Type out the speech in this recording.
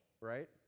right